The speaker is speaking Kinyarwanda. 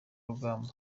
rugamba